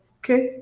okay